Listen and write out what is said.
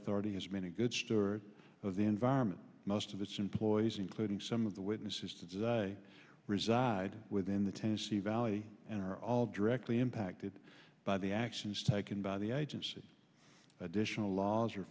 authority has been a good steward of the environment most of its employees including some of the witnesses today reside within the tennessee valley and are all directly impacted by the actions taken by the agency additional laws